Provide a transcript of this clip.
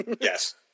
Yes